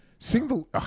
single